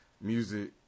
music